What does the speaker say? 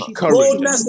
courage